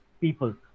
people